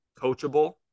coachable